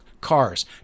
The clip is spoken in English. Cars